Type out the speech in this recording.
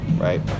right